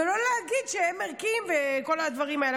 ולא להגיד שהם ערכיים וכל הדברים האלה.